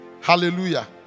Hallelujah